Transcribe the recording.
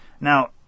now